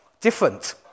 Different